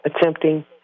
attempting